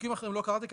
חוקים אחרים לא קראתי.